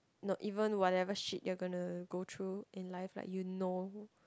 not even whatever shit you going to go through in life like you know